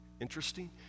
Interesting